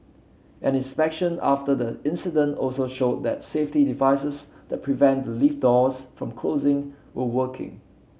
an inspection after the incident also showed that safety devices that prevent the lift doors from closing were working